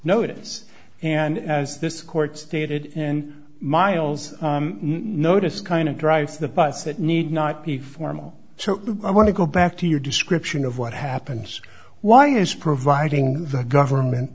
notice and as this court stated in miles notice kind of drives the bus that need not be formal so i want to go back to your description of what happens why is providing the government